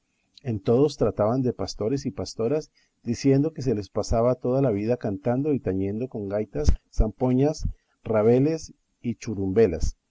que todos trataban de pastores y pastoras diciendo que se les pasaba toda la vida cantando y tañendo con gaitas zampoñas rabeles y chirumbelas